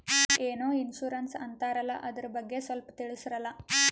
ಏನೋ ಇನ್ಸೂರೆನ್ಸ್ ಅಂತಾರಲ್ಲ, ಅದರ ಬಗ್ಗೆ ಸ್ವಲ್ಪ ತಿಳಿಸರಲಾ?